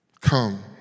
come